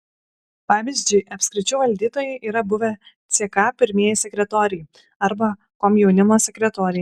pavyzdžiui apskričių valdytojai yra buvę ck pirmieji sekretoriai arba komjaunimo sekretoriai